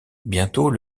bientôt